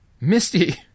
Misty